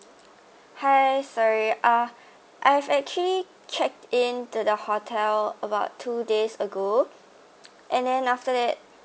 hi sorry uh I have actually check in to the hotel about two days ago and then after that